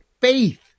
faith